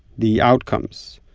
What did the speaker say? the outcomes,